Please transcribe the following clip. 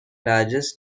largest